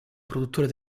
produttore